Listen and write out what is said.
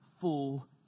fool